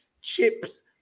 chips